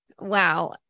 Wow